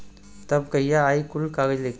तब कहिया आई कुल कागज़ लेके?